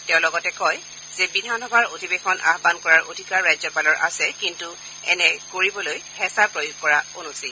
তেওঁ লগতে কয় যে বিধানসভাৰ অধিৱেশন আহবান কৰাৰ অধিকাৰ ৰাজ্যপালৰ আছে কিন্তু এনে কৰিবলৈ হেঁচা প্ৰয়োগ কৰা অনুচিত